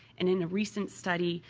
and in a recent study,